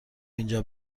اینجا